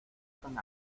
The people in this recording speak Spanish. tan